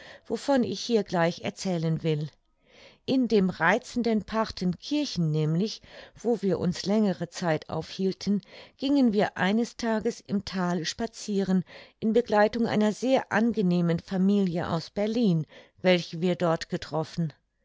wovon ich hier gleich erzählen will in dem reizenden parthenkirchen nämlich wo wir uns längere zeit aufhielten gingen wir eines tages im thale spazieren in begleitung einer sehr angenehmen familie aus berlin welche wir dort getroffen